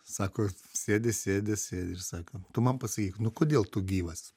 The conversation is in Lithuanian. sako sėdi sėdi sėdi ir sako tu man pasakyk nu kodėl tu gyvas